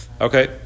Okay